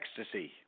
ecstasy